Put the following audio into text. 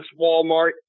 Walmart